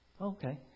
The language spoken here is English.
Okay